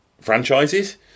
franchises